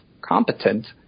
competent